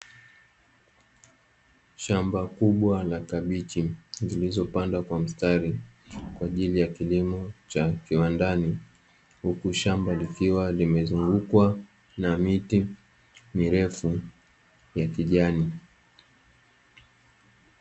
Shamba kubwa la kabichi zilizopandwa kwa mstari kwa ajili ya kilimo cha kiwandani, huku shamba likiwa limezungukwa na miti mirefu ya kijani.